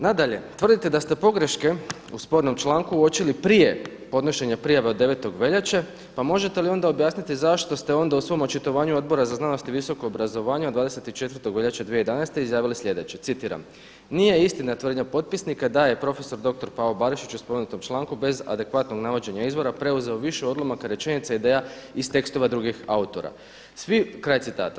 Nadalje, tvrdite da ste pogreške u spornom članku uočili prije podnošenja prijave od 9. veljače, pa možete li onda objasniti zašto ste onda u svom očitovanju Odbora za znanost i visoko obrazovanje od 24. veljače 2011. izjavili sljedeće, citiram: „Nije istina tvrdnja potpisnika da je profesor doktor Pavo Barišić u spomenutom članku bez adekvatnog navođenja izvora preuzeo više odlomaka, rečenica, ideja iz tekstova drugih autora.“ Kraj citata.